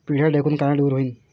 पिढ्या ढेकूण कायनं दूर होईन?